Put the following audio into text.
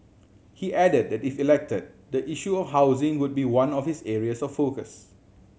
he added that if elected the issue of housing would be one of his areas of focus